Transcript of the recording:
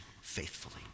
faithfully